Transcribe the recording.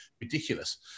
ridiculous